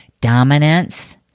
Dominance